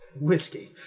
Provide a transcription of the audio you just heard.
Whiskey